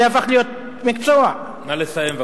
זה הפך להיות מקצוע, נא לסיים.